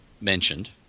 mentioned